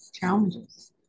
challenges